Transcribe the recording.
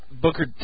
Booker